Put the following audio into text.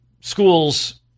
schools